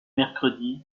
mercredi